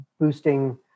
boosting